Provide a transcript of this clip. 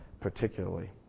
particularly